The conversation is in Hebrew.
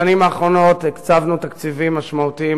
בשנים האחרונות הקצבנו תקציבים משמעותיים